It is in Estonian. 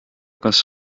kas